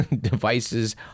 devices